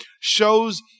Shows